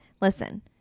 listen